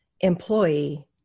employee